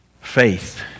Faith